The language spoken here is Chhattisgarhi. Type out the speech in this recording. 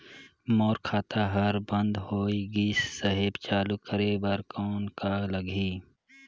मोर खाता हर बंद होय गिस साहेब चालू करे बार कौन का लगही?